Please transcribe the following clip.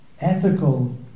ethical